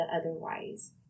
otherwise